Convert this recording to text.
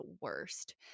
worst